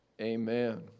Amen